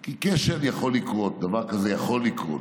כי כשל יכול לקרות, דבר כזה יכול לקרות,